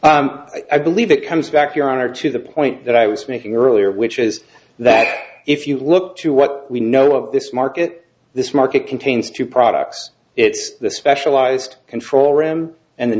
market i believe it comes back to your honor to the point that i was making earlier which is that if you look to what we know of this market this market contains two products it's the specialized control room and the